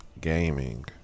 gaming